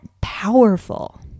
powerful